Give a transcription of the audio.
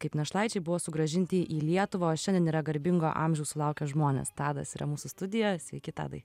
kaip našlaičiai buvo sugrąžinti į lietuvą o šiandien yra garbingo amžiaus sulaukę žmonės tadas yra mūsų studijoje sveiki tadai